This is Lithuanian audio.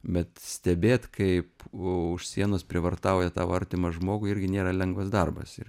bet stebėt kaip už sienos prievartauja tau artimą žmogų irgi nėra lengvas darbas ir